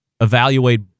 evaluate